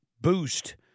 boost